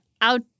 out